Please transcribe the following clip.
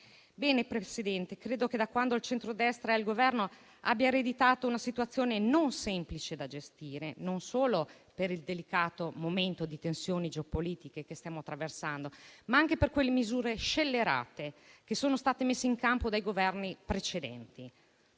Presidente, credo che il Governo di centrodestra abbia ereditato una situazione non semplice da gestire, non solo per il delicato momento di tensioni geopolitiche che stiamo attraversando, ma anche per le misure scellerate messe in campo dai Governi precedenti